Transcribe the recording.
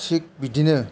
थिक बिदिनो